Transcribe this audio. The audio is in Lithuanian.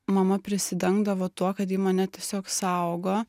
mama prisidengdavo tuo kad ji mane tiesiog saugo